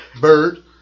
Bird